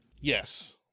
Yes